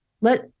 let